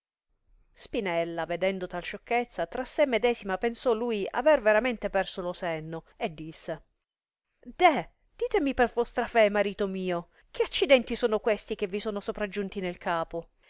spinella vedendo tal sciocchezza tra se medesima pensò lui aver veramente perso lo senno e disse deh ditemi per vostra fé marito mio che accidenti sono questi che vi sono sopraggiunti nel capo